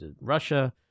Russia